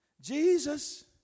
Jesus